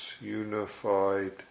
unified